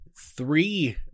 Three